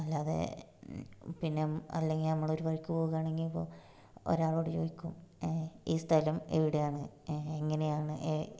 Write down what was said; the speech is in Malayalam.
അല്ലാതെ പിന്നെ അല്ലെങ്കിൽ നമ്മൾ ഒരു വഴിക്ക് പോകുവാണെങ്കിൽ ഇപ്പോൾ ഒരാളോട് ചോദിക്കും ഈ സ്ഥലം എവിടെയാണ് ഏ എങ്ങനെയാണ് ഏ